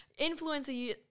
influencer